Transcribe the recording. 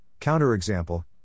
counterexample